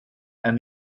and